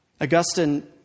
Augustine